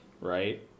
Right